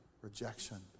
rejection